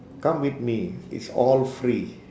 come with me it's all free